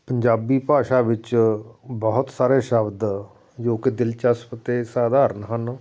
ਪੰਜਾਬੀ ਭਾਸ਼ਾ ਵਿੱਚ ਬਹੁਤ ਸਾਰੇ ਸ਼ਬਦ ਜੋ ਕਿ ਦਿਲਚਸਪ ਅਤੇ ਸਧਾਰਨ ਹਨ